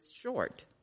short